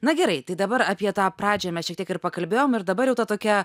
na gerai tai dabar apie tą pradžią mes šiek tiek ir pakalbėjom ir dabar jau ta tokia